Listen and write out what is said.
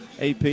AP